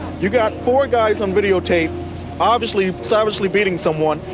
you got four guys on videotape obviously savagely beating someone,